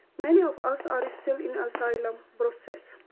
many of us are still in asylum process.